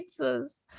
pizzas